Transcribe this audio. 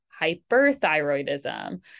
hyperthyroidism